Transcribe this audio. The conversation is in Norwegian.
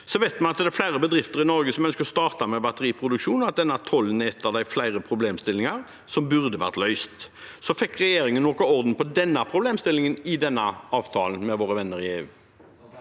Vi vet at det er flere bedrifter i Norge som ønsker å starte med batteriproduksjon, og at denne tollen er en av flere problemstillinger som burde vært løst. Fikk regjeringen noen orden på denne problemstillingen i avtalen med våre venner i EU?